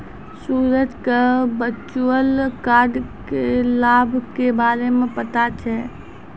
सूरज क virtual card क लाभ के बारे मे पता छै